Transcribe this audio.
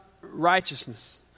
righteousness